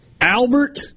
Albert